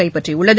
கைப்பற்றியுள்ளது